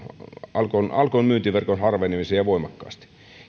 alkon alkon myyntiverkon harvenemiseen ja voimakkaasti